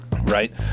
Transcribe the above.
Right